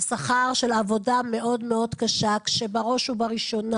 שכר של עבודה מאוד קשה כבראש ובראשונה